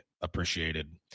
appreciated